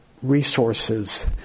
resources